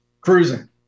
Cruising